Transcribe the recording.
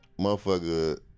motherfucker